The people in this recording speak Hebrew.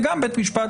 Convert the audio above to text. זה גם בית משפט,